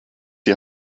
die